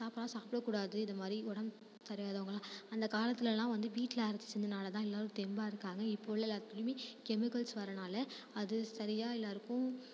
சாப்பாடெலாம் சாப்பிடக்கூடாது இதை மாதிரி உடம்பு சரியில்லாதவங்கள்லாம் அந்த காலத்துலெல்லாம் வந்து வீட்டில் அரைச்சி செஞ்சதுனால்தான் எல்லோரும் தெம்பாக இருக்காங்க இப்போ உள்ள எல்லாத்துலேயுமே கெமிக்கல்ஸ் வரதுனால அது சரியாக எல்லோருக்கும்